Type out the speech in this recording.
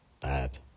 Bad